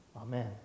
Amen